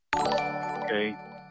Okay